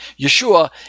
Yeshua